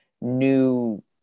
new